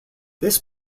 this